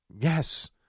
Yes